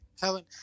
Helen